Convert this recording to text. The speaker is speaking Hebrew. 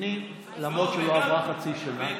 למרות שלא עברה חצי שנה,